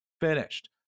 finished